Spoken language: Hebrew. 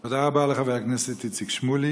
תודה רבה לחבר הכנסת איציק שמולי.